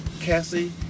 Cassie